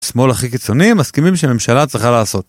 שמאל הכי קיצוני מסכימים שממשלה צריכה לעשות.